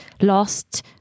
lost